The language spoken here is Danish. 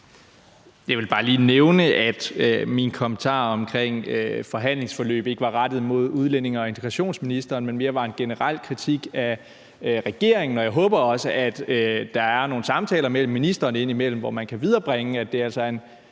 Jeg vil bare lige nævne, at min kommentar omkring forhandlingsforløbet ikke var rettet mod udlændinge- og integrationsministeren, men mere var en generel kritik af regeringen, og jeg håber også, at der er nogle samtaler med ministeren indimellem, hvor man kan viderebringe, at det altså er en